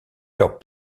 leurs